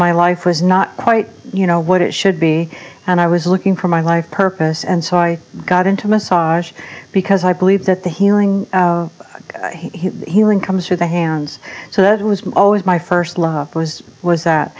my life was not quite you know what it should be and i was looking for my life purpose and so i got into massage because i believe that the healing healing comes through the hands so that was always my first love was was that